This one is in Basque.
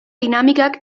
dinamikak